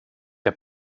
der